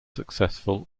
successful